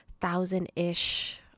thousand-ish